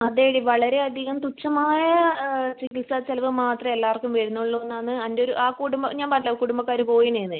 അതേടി വളരെ അധികം തുച്ഛമായ ചികിത്സാ ചിലവ് മാത്രമേ എല്ലാവർക്കും വരുന്നുള്ളൂ എന്നാണ് എൻ്റ ഒരു ആ കുടുംബം ഞാൻ പറഞ്ഞിട്ടില്ലേ കുടുംബക്കാര് പോയിനീന്ന്